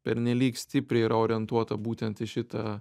pernelyg stipriai yra orientuota būtent į šitą